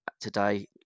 today